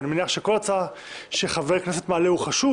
אני מניח שכל הצעה שחבר כנסת מעלה הוא חשוב